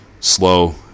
Slow